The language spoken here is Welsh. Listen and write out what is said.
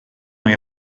mae